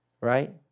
Right